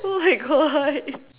oh my God